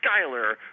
Skyler